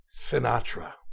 Sinatra